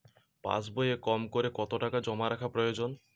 পাশবইয়ে কমকরে কত টাকা জমা রাখা প্রয়োজন?